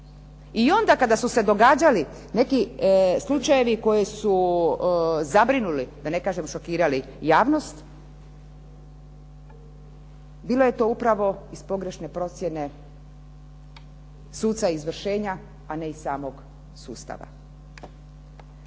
I onda kada su se događali neki slučajevi koji su zabrinuli, da ne kažem šokirali javnost, bilo je to upravo iz pogrešne ocjene suca izvršenja, a ne i samog sustava.